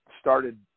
started